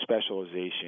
specialization